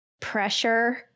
pressure